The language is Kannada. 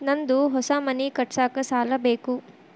ನಂದು ಹೊಸ ಮನಿ ಕಟ್ಸಾಕ್ ಸಾಲ ಬೇಕು